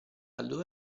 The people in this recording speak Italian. allora